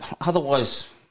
otherwise